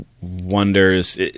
wonders